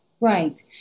Right